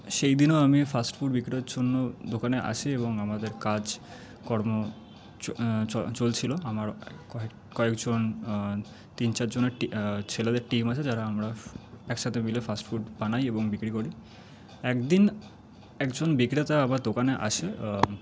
সেইদিনও আমি fast food বিক্রয়ের জন্য দোকানে আসি এবং আমাদের কাজকর্ম চলছিলো আমার কয়েকজন তিন চার জনের ছেলেদের টিম আছে যারা আমরা একসাথে মিলে ফাস্ট ফুড বানাই এবং বিক্রি করি একদিন একজন বিক্রেতা আমার দোকানে আসে